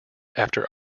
after